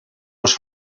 los